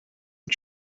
and